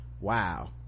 wow